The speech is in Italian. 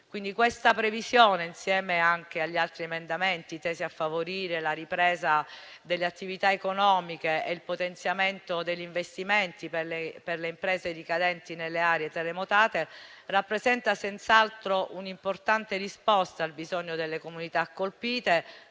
Questa previsione, insieme agli altri emendamenti tesi a favorire la ripresa delle attività economiche e il potenziamento degli investimenti per le imprese ricadenti nelle aree terremotate, rappresenta senz'altro un'importante risposta al bisogno delle comunità colpite